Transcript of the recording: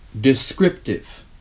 descriptive